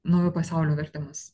naujo pasaulio vertimas